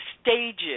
stages